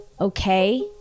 Okay